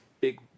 big